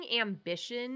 ambition